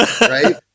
right